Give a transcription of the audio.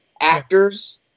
actors